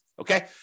Okay